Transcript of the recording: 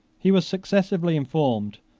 he was successively informed,